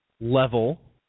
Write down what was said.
level